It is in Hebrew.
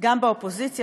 גם באופוזיציה,